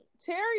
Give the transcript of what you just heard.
Terry